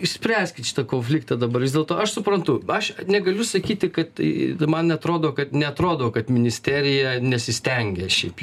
išspręskit šitą konfliktą dabar vis dėlto aš suprantu aš negaliu sakyti kad man atrodo kad neatrodo kad ministerija nesistengė šiaip